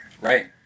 Right